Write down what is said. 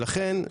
לכן,